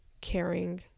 caring